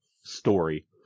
story